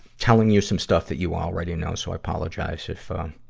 telling you some stuff that you already know, so i apologize if, um,